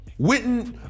Witten